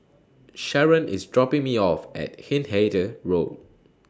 Sharron IS dropping Me off At Hindhede Road